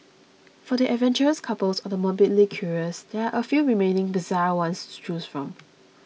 for the adventurous couples or the morbidly curious there are a few remaining bizarre ones to choose from